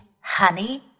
honey